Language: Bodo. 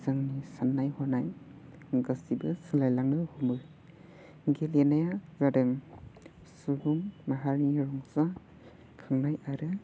जोंनि साननाय हनाय गासिबो सिनायलांनो हमो गेलेनाया जादों सुबुं माहारिनि मोजां खुंनाय आरो